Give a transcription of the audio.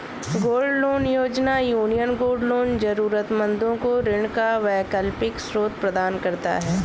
gold loan योजना, union gold loan जरूरतमंदों को ऋण का वैकल्पिक स्रोत प्रदान करता है